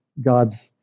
God's